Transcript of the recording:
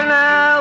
now